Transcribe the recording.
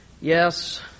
Yes